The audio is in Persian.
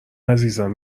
عزیزم